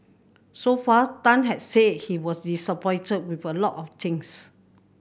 so far Tan has said he was disappointed with a lot of things